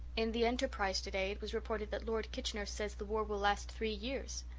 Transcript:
in the enterprise today it was reported that lord kitchener says the war will last three years,